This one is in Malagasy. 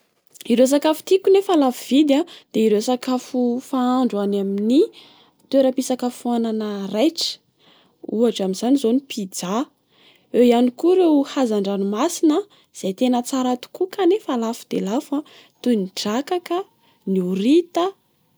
Ireo sakafo tiako nefa lafo vidy a, dia ireo sakafo fahandro any amin'ny toeram-pisakafoanana raitra. Ohatra amin'izany zao ny pizza, eo iany koa ireo hazan-dranomasina izay tena tsara tokoa kanefa lafo de lafo toy ny drakaka, ny horita.